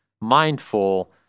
mindful